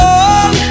on